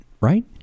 right